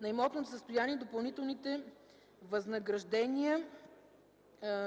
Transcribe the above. на имотното състояние и допълнителните възнаграждения